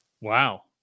Wow